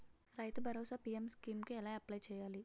రైతు భరోసా PM Kisan scheme కు ఎలా అప్లయ్ చేయాలి?